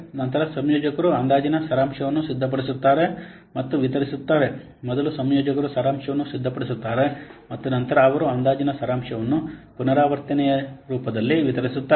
ನಂತರ ಸಂಯೋಜಕರು ಅಂದಾಜಿನ ಸಾರಾಂಶವನ್ನು ಸಿದ್ಧಪಡಿಸುತ್ತಾರೆ ಮತ್ತು ವಿತರಿಸುತ್ತಾರೆ ಮೊದಲು ಸಂಯೋಜಕರು ಸಾರಾಂಶವನ್ನು ಸಿದ್ಧಪಡಿಸುತ್ತಾರೆ ಮತ್ತು ನಂತರ ಅವರು ಅಂದಾಜಿನ ಸಾರಾಂಶವನ್ನು ಪುನರಾವರ್ತನೆಯ ರೂಪದಲ್ಲಿ ವಿತರಿಸುತ್ತಾರೆ